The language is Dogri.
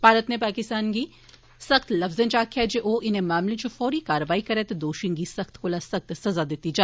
भारत नै पाकिस्तान गी सख्त लफ्जे च आक्खेआ ऐ जे ओह् इनें मामलें च फौरी कारवाई करै ते दोषिएं गी सख्त कोला सख्त सजा दित्ती जा